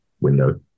window